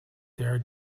their